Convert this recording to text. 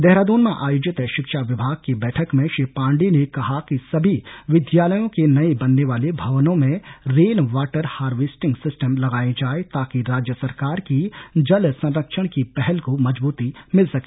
देहरादून में आयोजित शिक्षा विभाग की बैठक में श्री पाण्डेय ने कहा कि सभी विद्यालयों के नए बनने वाले भवनों में रेन वाटर हार्वेस्टिंग सिस्टम लगाए जाए ताकि राज्य सरकार की जल सरक्षण की पहल को मजबूती मिल सके